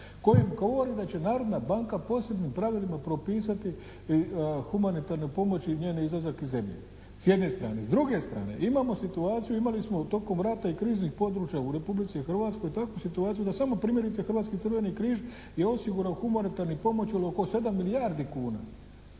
kojim govori da će Narodna banka posebnim pravilima propisati humanitarne pomoći i njen izlazak iz zemlje, s jedne strane. S druge strane imamo situaciju, imali smo tokom rata i kriznih područja u Republici Hrvatsko, takvu situaciju da samo primjerice Hrvatski crveni križ je osigurao humanitarnu pomoć od oko 7 milijardi kuna